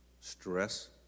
stress